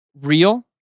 real